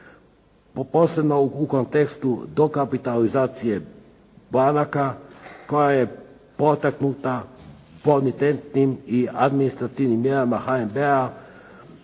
posebno u kontekstu dokapitalizacije banaka koja je potaknuta bonitetnim i administrativnim mjerama HNB-a